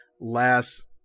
last